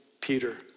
Peter